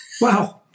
Wow